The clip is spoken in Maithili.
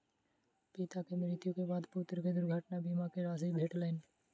पिता के मृत्यु के बाद पुत्र के दुर्घटना बीमा के राशि भेटलैन